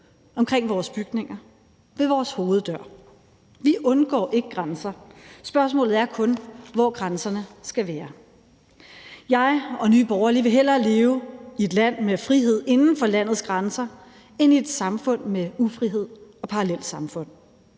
omkring vores bygninger og ved vores hoveddør. Vi undgår ikke grænser. Spørgsmålet er kun, hvor grænserne skal være. Jeg og Nye Borgerlige vil hellere leve i et land med frihed inden for landets grænser end i et samfund med ufrihed og parallelsamfund.